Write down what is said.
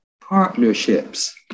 partnerships